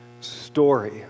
story